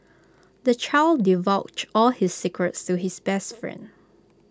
the child divulged all his secrets to his best friend